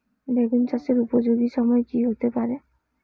বেগুন চাষের উপযোগী সময় কি হতে পারে?